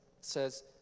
says